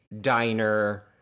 diner